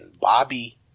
Bobby